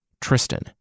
Tristan